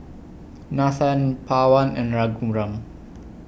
Nathan Pawan and Raghuram